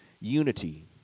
unity